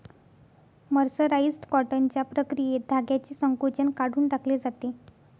mercerised कॉटनच्या प्रक्रियेत धाग्याचे संकोचन काढून टाकले जाते